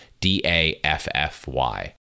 D-A-F-F-Y